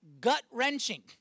gut-wrenching